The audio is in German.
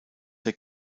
der